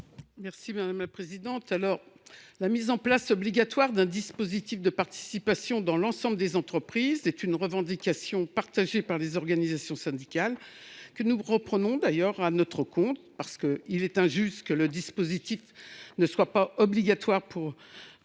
l’amendement n° 59. La mise en place obligatoire d’un dispositif de participation dans l’ensemble des entreprises est une revendication partagée par les organisations syndicales, que nous reprenons à notre compte. En effet, il semble injuste que le dispositif ne soit pas obligatoire pour